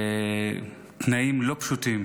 בתנאים לא פשוטים.